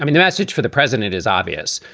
um the message for the president is obvious.